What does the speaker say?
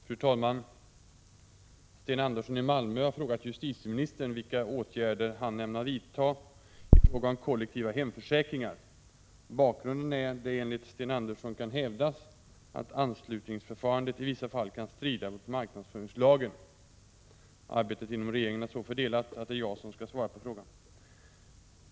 Fru talman! Sten Andersson i Malmö har frågat justitieministern vilka åtgärder han ämnar vidtaga i fråga om kollektiva hemförsäkringar. Bakgrunden är att det enligt Sten Andersson kan hävdas att anslutningsförfarandet i vissa fall kan strida mot marknadsföringslagen. Arbetet inom regeringen är så fördelat att det är jag som skall svara på frågan.